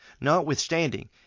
Notwithstanding